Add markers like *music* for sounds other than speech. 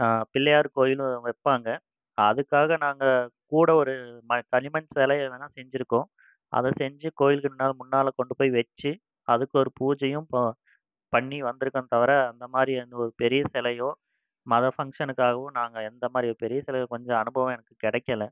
பிள்ளையார் கோயிலும் வைப்பாங்க அதுக்காக நாங்கள் கூட ஒரு மண் களிமண் சிலைய வேணால் செஞ்சுருக்கோம் அது செஞ்சுக் கோயிலுக்கு *unintelligible* முன்னால் கொண்டுப் போயி வச்சு அதுக்கு ஒரு பூஜையும் போ பண்ணி வந்துருக்கேன் தவிர அந்த மாதிரி எந்த ஒரு பெரியச் சிலையோ மத ஃபங்க்ஷனுக்காகவோ நாங்கள் எந்த மாதிரி பெரியச் சிலை கொஞ்சம் அனுபவம் எனக்குக் கிடைக்கல